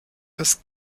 des